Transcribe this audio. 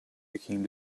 became